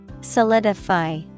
Solidify